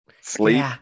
Sleep